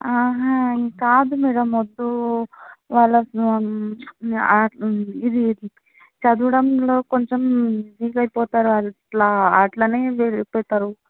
కాదు మ్యాడమ్ వద్దు వాళ్ళు అసలు ఇది చదవడంలో కొంచం బిజీగా అయిపోతారు అట్లా అట్లనే బిజీ అయిపోతారు